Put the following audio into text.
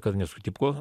kad nesutiko